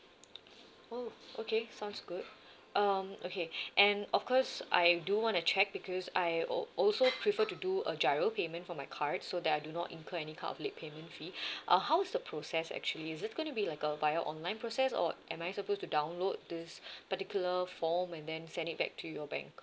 oh okay okay sounds good um okay and of course I do want to check because I al~ also prefer to do a GIRO payment for my card so that I do not incur any kind of late payment fee uh how's the process actually is it gonna be like a via online process or am I supposed to download this particular form and then send it back to your bank